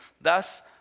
Thus